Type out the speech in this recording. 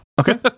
okay